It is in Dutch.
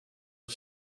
het